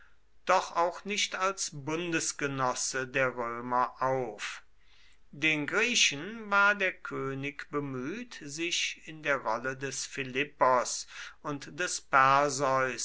doch auch nicht als bundesgenosse der römer auf den griechen war der könig bemüht sich in der rolle des philippos und des